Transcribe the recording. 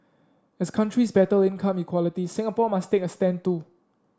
as countries battle income inequality Singapore must take a stand too